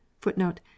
footnote